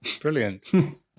Brilliant